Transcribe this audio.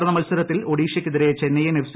ഇന്നലെ നടന്ന മത്സരത്തിൽ ഒഡിഷയ്ക്കെതിരെ ചെന്നൈയിൻ എഫ്